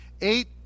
eight